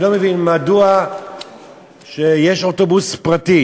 אני לא מבין מדוע כשיש אוטובוס פרטי